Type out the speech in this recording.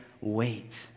wait